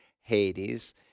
Hades